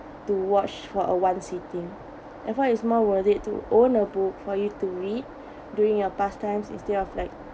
to watch for a one sitting therefore is more worth it to own a book for you to read during your pastimes instead of like